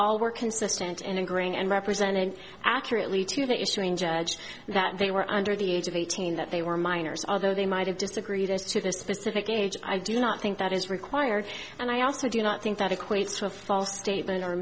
all were consistent in agreeing and represented accurately to the issuing judge that they were under the age of eighteen that they were minors although they might have disagreed as to their specific age i do not think that is required and i also do not think that equates to a false statement or